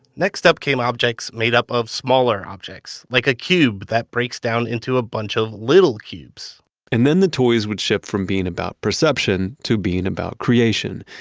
next up came objects made up of smaller objects like a cube that breaks down into a bunch of little cubes and then the toys would shift from being about perception to being about creation.